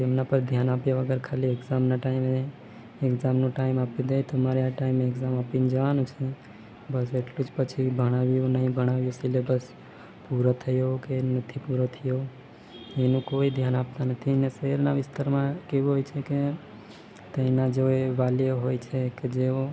તેમના પર ધ્યાન આપ્યા વગર ખાલી એક્ઝામ ના ટાઈમે એક્ઝામનો ટાઈમ આપી દે તો મારે આ ટાઈમે એક્ઝામ આપીને જવાનું છે બસ એટલું જ પછી ભણાવ્યું નહીં ભણાવ્યું સિલેબસ પૂરો થયો કે નથી પૂરો થયો એનું કોઈ ધ્યાન આપતા નથીને શહેરના વિસ્તારમાં કેવું હોય છે કે ત્યાંના જેઓ વાલીઓ હોય છે કે જેઓ